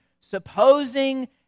supposing